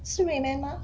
是 RedMan mah